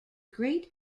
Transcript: great